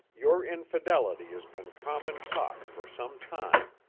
your infidelity has been common talk for some time.